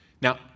Now